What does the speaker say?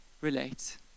relate